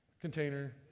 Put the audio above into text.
container